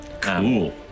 Cool